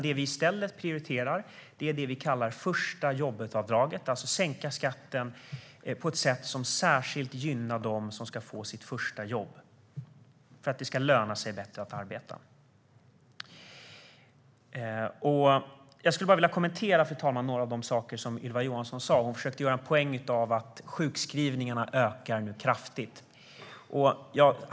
Det vi i stället prioriterar är det vi kallar första-jobbet-avdraget, vilket innebär att vi sänker skatten på ett sätt som särskilt gynnar dem som ska få sitt första jobb. Vi gör detta för att det ska löna sig bättre att arbeta. Fru talman! Jag skulle vilja kommentera några av de saker Ylva Johansson sa. Hon försökte göra en poäng av att sjukskrivningarna nu ökar kraftigt.